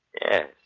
Yes